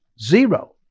zero